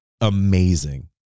amazing